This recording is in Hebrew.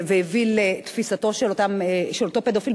והביא לתפיסתו של אותו פדופיל,